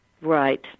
Right